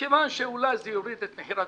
מכיוון שאולי זה יוריד את מחיר הדירות.